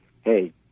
hey